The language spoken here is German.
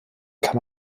kann